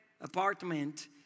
apartment